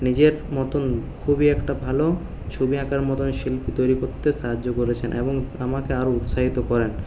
নিজের মতো খুবই একটা ভালো ছবি আঁকার মতন শিল্পী তৈরী করতে সাহায্য করেছেন এবং আমাকে আরও উৎসাহিত করেন